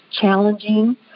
challenging